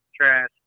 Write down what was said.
trash